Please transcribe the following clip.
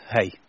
hey